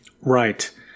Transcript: Right